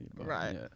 Right